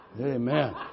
Amen